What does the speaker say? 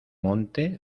monte